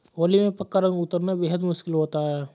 होली में पक्का रंग उतरना बेहद मुश्किल होता है